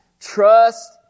trust